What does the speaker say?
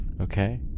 okay